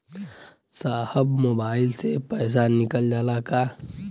साहब मोबाइल से पैसा निकल जाला का?